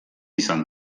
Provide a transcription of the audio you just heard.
izan